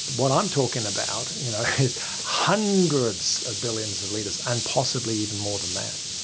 what i'm talking about you know is hundreds of billions of litres and possibly even more than that.